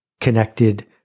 connected